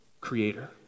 Creator